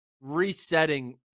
resetting